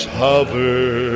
hover